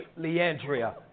Leandria